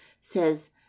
says